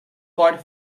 cod